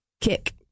kick